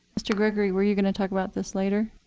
mr. gregory, were you going to talk about this later,